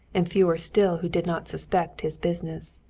and fewer still who did not suspect his business.